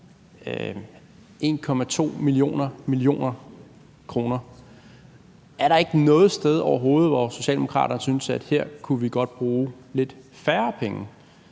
1,2 millioner millioner kroner . Er der ikke noget sted overhovedet, hvor Socialdemokraterne synes, at her kunne vi godt bruge lidt færre penge?